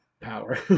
power